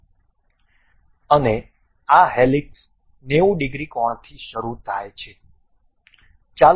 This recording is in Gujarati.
અને આ હેલિક્સ 90 ડિગ્રી કોણથી શરૂ થાય છે